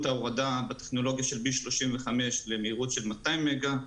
ההורדה בטכנולוגיה של 35B למהירות של 200 מגה,